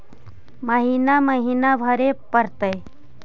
महिना महिना भरे परतैय?